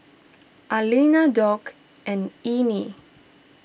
Aliana Dock and Ernie